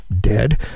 dead